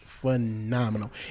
phenomenal